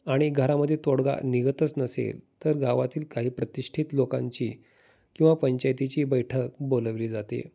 आणि घरामध्ये तोडगा निघतच नसेल तर गावातील काही प्रतिष्ठित लोकांची किंवा पंचायतीची बैठक बोलवली जाते